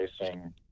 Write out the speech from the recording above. racing